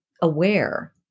aware